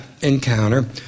encounter